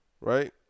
Right